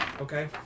Okay